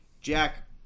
Jack